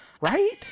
Right